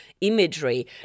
imagery